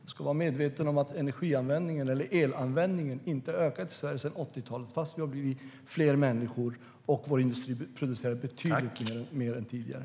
Vi ska vara medvetna om att elanvändningen inte har ökat i Sverige sedan 80-talet trots att vi har blivit fler människor och vår industri producerar betydligt mer än tidigare.